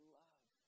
love